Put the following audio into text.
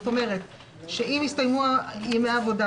זאת אומרת, אם הסתיימו ימי העבודה